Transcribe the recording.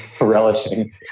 relishing